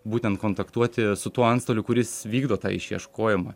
būtent kontaktuoti su tuo antstoliu kuris vykdo tą išieškojimą